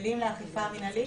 הכלים לאכיפה המנהלית,